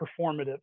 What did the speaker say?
performative